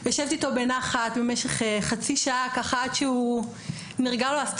יושבת איתו בנחת במשך חצי שעה עד שהוא נרגע מהמתח.